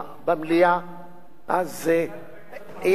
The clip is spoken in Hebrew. יהיה דיון מפורט.